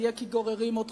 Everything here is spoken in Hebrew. אז זה יהיה כי גוררים אותך,